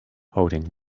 holding